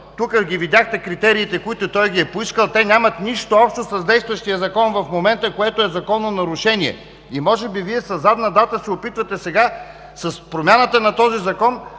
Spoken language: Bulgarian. Тук видяхте критериите, които той е поискал. Те нямат нищо общо с действащия Закон в момента, което е закононарушение. Може би Вие със задна дата се опитвате сега, с промяната на този Закон,